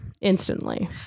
instantly